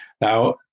Now